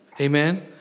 Amen